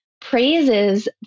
Praises